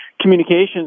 communications